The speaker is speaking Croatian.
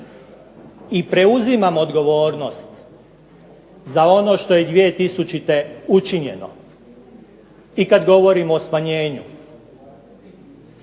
i preuzimam odgovornost za ono što je 2000. učinjeno. I kad govorimo o smanjenju,